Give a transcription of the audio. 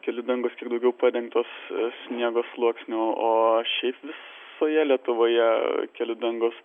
kelių dangos kiek daugiau padengtos sniego sluoksniu o o šiaip visoje lietuvoje kelių dangos